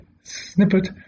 snippet